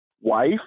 wife